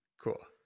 Cool